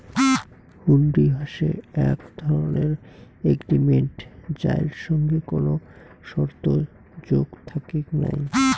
হুন্ডি হসে এক ধরণের এগ্রিমেন্ট যাইর সঙ্গত কোনো শর্ত যোগ থাকেক নাই